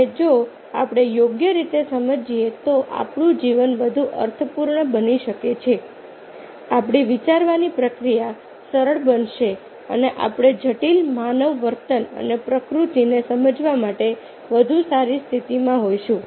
અને જો આપણે યોગ્ય રીતે સમજીએ તો આપણું જીવન વધુ અર્થપૂર્ણ બની શકે છે આપણી વિચારવાની પ્રક્રિયા સરળ બનશે અને આપણે જટિલ માનવ વર્તન અને પ્રકૃતિને સમજવા માટે વધુ સારી સ્થિતિમાં હોઈશું